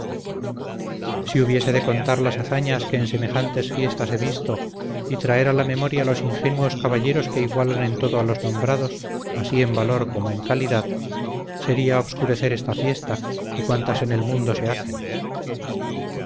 si hubiese de contar las hazañas que en semejantes fiestas he visto y traer a la memoria los ingenuos caballeros que igualan en todo a los nombrados así en valor como en calidad sería obscurecer esta fiesta y cuantas en el mundo se hacen